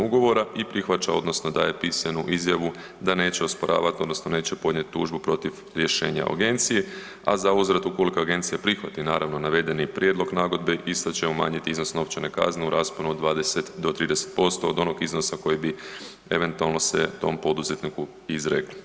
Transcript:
Ugovora i prihvaća odnosno daje pisanu izjavu da neće osporavati odnosno neće podnijeti tužbu protiv rješenja Agencije, a za uzvrat ukoliko Agencija prihvati naravno navedeni prijedlog nagodbe ista će umanjiti iznos novčane kazne u rasponu od 20 do 30% od onog iznosa koji bi eventualno se tom poduzetniku izreklo.